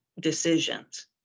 decisions